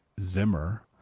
Zimmer